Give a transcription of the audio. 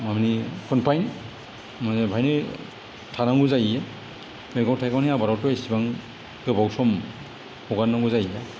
माने होबाय माने बेवहायनो थांनांगौ जायो मैगं थाइगंनि आबादावथ' इसेबां गोबाव सम हगारनांगौ जायो ना